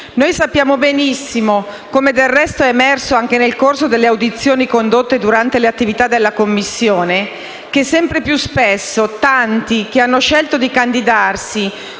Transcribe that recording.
Sappiamo benissimo che, come del resto emerso anche nel corso delle audizioni condotte durante l'attività della Commissione, sempre più spesso tanti che hanno scelto di candidarsi